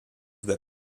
that